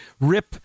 rip